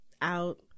out